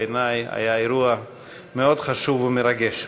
בעיני זה היה אירוע מאוד חשוב ומרגש.